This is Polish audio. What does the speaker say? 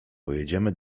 pojedziemy